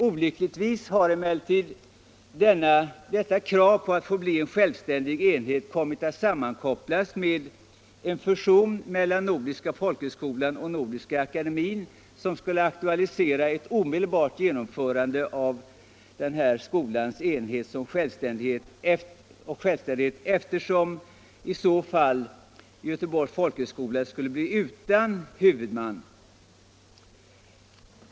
Olyckligtvis har emellertid detta krav sammankopplats med en fusion mellan Nordiska folkhögskolan och Nordiska akademin, som skulle aktualisera ett omedelbart genomförande av den här skolans självständighet, eftersom i så fall Göteborgs folkhögskola skulle bli utan huvudman.